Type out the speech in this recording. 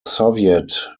soviet